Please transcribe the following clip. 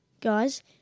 guys